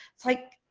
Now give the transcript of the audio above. it's like,